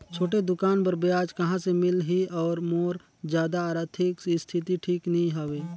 छोटे दुकान बर ब्याज कहा से मिल ही और मोर जादा आरथिक स्थिति ठीक नी हवे?